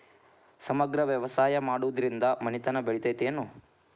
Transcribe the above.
ಸಮಗ್ರ ವ್ಯವಸಾಯ ಮಾಡುದ್ರಿಂದ ಮನಿತನ ಬೇಳಿತೈತೇನು?